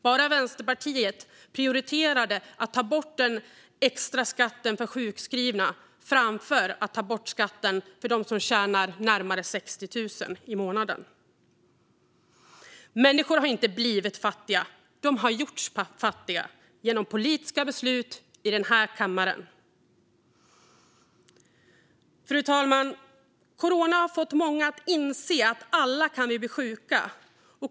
Bara Vänsterpartiet prioriterade att ta bort den extra skatten för sjukskrivna framför att ta bort skatten för dem som tjänar närmare 60 000 i månaden. Människor har inte blivit fattiga; de har gjorts fattiga genom politiska beslut i den här kammaren. Herr talman! Corona har fått många att inse att vi alla kan bli sjuka.